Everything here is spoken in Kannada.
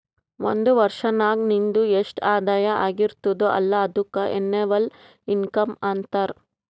ಒಂದ್ ವರ್ಷನಾಗ್ ನಿಂದು ಎಸ್ಟ್ ಆದಾಯ ಆಗಿರ್ತುದ್ ಅಲ್ಲ ಅದುಕ್ಕ ಎನ್ನವಲ್ ಇನ್ಕಮ್ ಅಂತಾರ